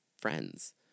friends